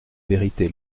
vérité